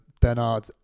Bernard